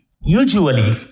Usually